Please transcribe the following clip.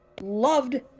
loved